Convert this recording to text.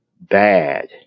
bad